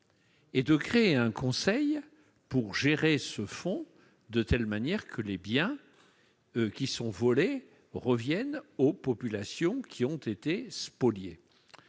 fonds et un conseil pour gérer ce fonds, de telle manière que les biens volés reviennent aux populations qui ont été spoliées.